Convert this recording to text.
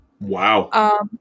Wow